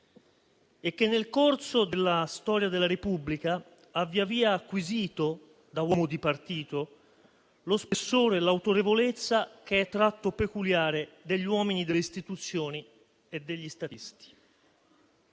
e nel corso della storia della Repubblica ha via via acquisito, da uomo di partito, lo spessore e l'autorevolezza tipici degli uomini delle istituzioni e degli statisti.